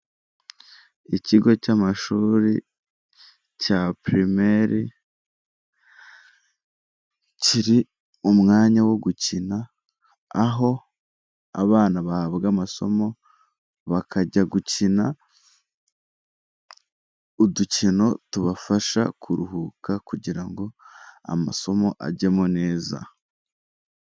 Ikigo cy'amashuri cya pirimeri kiri mu mwanya wo gukina, aho abana bahabwa amasomo bakajya gukina udukino tubafasha kuruhuka kugira ngo amasomo ajyemo neza.